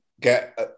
get